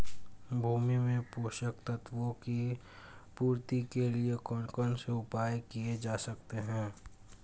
भूमि में पोषक तत्वों की पूर्ति के लिए कौन कौन से उपाय किए जा सकते हैं?